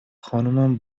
خانمم